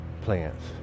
plants